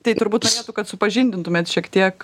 tai turbūt norėtų kad supažindintumėt šiek tiek